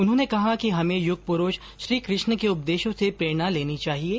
उन्होंने कहा कि हमें यूग पुरूष श्री कृष्ण के उपदेशों से प्रेरणा लेनी चाहिये